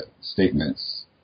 statements